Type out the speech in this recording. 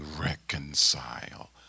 reconcile